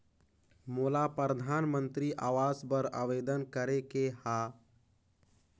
मोला परधानमंतरी आवास बर आवेदन करे के हा?